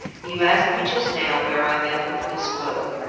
you asked me just now where i met with miss gwilt.